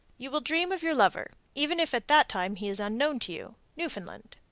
you will dream of your lover, even if at that time he is unknown to you. newfoundland.